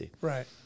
Right